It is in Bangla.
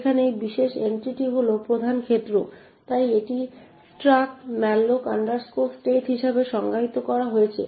এখানে এই বিশেষ এন্ট্রিটি হল প্রধান ক্ষেত্র তাই এটিকে struct malloc state হিসাবে সংজ্ঞায়িত করা হয়েছে